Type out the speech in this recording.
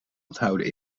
onthouden